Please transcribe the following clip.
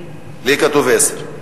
לי כתוב עשר.